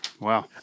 Wow